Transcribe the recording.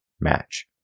match